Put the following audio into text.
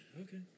Okay